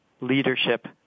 leadership